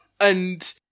and-